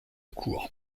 cours